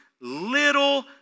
little